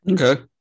Okay